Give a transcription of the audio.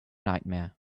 nightmare